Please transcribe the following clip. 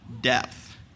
death